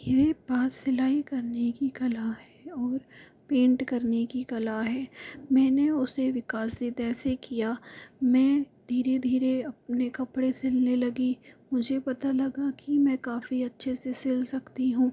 मेरे पास सिलाई करने की कला है और पेन्ट करने की कला है मैंने उसे विकसित ऐसे किया मैं धीरे धीरे अपने कपड़े सीलने लगी मुझे पता लगा कि मैं काफ़ी अच्छे से सील सकती हूँ